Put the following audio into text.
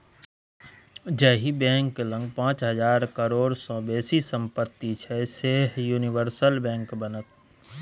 जाहि बैंक लग पाच हजार करोड़ सँ बेसीक सम्पति छै सैह यूनिवर्सल बैंक बनत